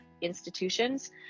institutions